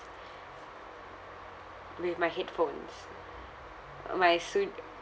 with my headphones uh my sud~